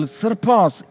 surpass